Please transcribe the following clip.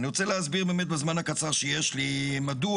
ואני רוצה להסביר באמת בזמן הקצר שיש לי מדוע.